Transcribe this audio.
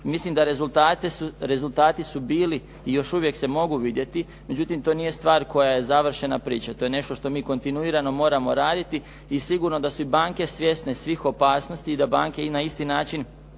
Mislim da rezultati su bili i još uvijek se mogu vidjeti. Međutim, to nije stvar koja je završena priča, to je nešto što mi kontinuirano moramo raditi i sigurno da su i banke svjesne svih opasnosti i da banke i na isti način